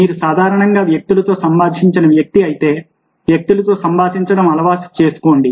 మీరు సాధారణంగా వ్యక్తులతో సంభాషించని వ్యక్తి అయితే వ్యక్తులతో సంభాషించడం అలవాటు చేసుకోండి